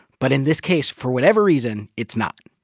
but in this case, for whatever reason, it's not.